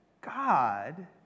God